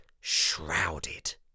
shrouded